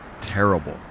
terrible